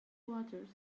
waters